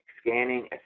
Scanning